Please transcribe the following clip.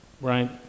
right